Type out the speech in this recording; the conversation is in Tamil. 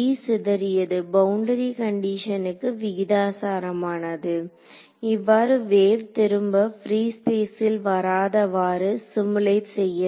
E சிதறியது பவுண்டரி கண்டிஷனுக்கு விகிதாசாரமானது இவ்வாறு வேவ் திரும்ப ப்ரீ ஸ்பேசில் வராதவாறு சிமுலேட் செய்ய வேண்டும்